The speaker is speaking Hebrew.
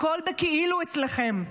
הכול בכאילו אצלכם.